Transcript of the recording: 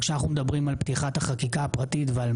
אבל כשאנחנו מדברים על פתיחת החקיקה הפרטית ועל